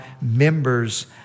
members